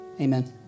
Amen